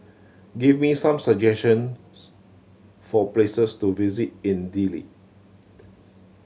give me some suggestions for places to visit in Dili